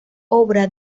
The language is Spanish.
obra